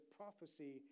prophecy